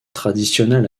traditional